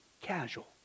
casual